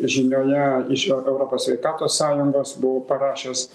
žinioje iš eu europos sveikatos sąjungos buvau parašęs